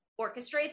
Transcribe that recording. orchestrate